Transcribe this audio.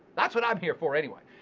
that's what i'm here for, anyway.